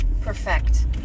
perfect